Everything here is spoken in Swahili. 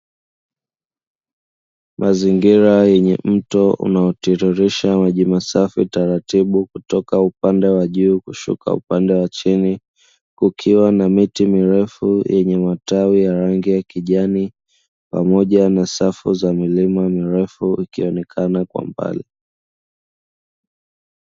Mazingira yenye mto unaotiririsha maji masafi taratibu kutoka upande wa juu kushuka upande wa chini, kukiwa na miti mirefu yenye matawi ya rangi ya kijani pamoja na safu za milima mirefu ikionekana kwa mbali.